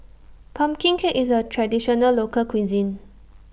Pumpkin Cake IS A Traditional Local Cuisine